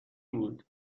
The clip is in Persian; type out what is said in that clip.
بود